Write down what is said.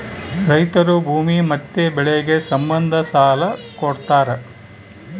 ರೈತರು ಭೂಮಿ ಮತ್ತೆ ಬೆಳೆಗೆ ಸಂಬಂಧ ಸಾಲ ಕೊಡ್ತಾರ